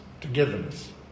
togetherness